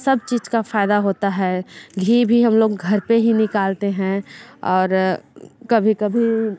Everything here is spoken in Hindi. सब चीज़ का फ़ायदा होता है घी भी हम लोग घर पर ही निकालते हैं और कभी कभी